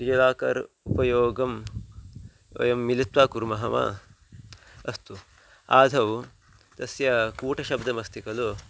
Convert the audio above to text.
DigiLocker उपयोगं वयं मिलित्वा कुर्मः वा अस्तु आदौ तस्य कूटशब्दमस्ति खलु